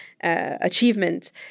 achievement